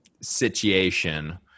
situation